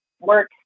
work